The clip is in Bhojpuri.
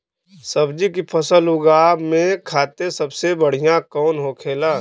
सब्जी की फसल उगा में खाते सबसे बढ़ियां कौन होखेला?